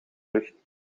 lucht